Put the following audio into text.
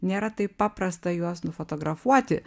nėra taip paprasta juos nufotografuoti